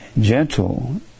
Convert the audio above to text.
gentle